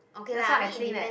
that's why I think that